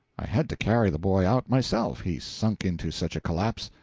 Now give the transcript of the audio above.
i had to carry the boy out myself, he sunk into such a collapse.